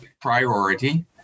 priority